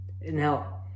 Now